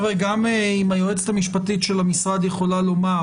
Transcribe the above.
חבר'ה, אם היועצת המשפטית של המשרד יכולה לומר,